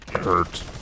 hurt